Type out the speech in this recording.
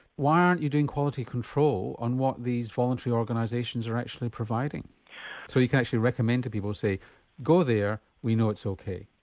why aren't you doing quality control on what these voluntary organisations are actually providing so you can actually recommend to people and say go there, we know it's ok?